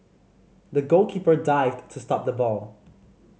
the goalkeeper dived to stop the ball